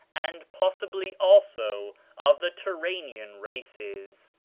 and possibly also of the turanian races.